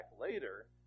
later